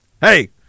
hey